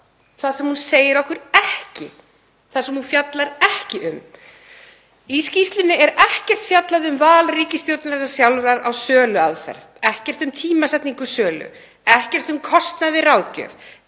það sem hún segir okkur ekki, það sem hún fjallar ekki um. Í skýrslunni er ekkert fjallað um val ríkisstjórnarinnar sjálfrar á söluaðferð, ekkert um tímasetningu sölu, ekkert um kostnað við ráðgjöf,